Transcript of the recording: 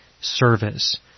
service